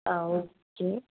ആ ഒക്കെ